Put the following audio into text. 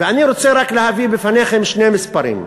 ואני רוצה רק להביא בפניכם שני מספרים: